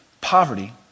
poverty